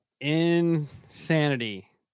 Insanity